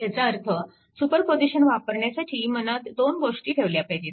याचा अर्थ सुपरपोजिशन वापरण्यासाठी मनात दोन गोष्टी ठेवल्या पाहिजेत